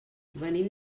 venim